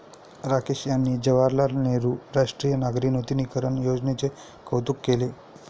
राकेश यांनी जवाहरलाल नेहरू राष्ट्रीय नागरी नूतनीकरण योजनेचे कौतुक केले